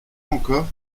encore